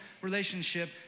relationship